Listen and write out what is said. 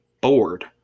bored